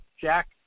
Jack